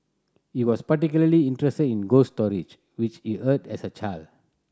he was particularly interested in ghost stories which he heard as a child